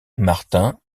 martin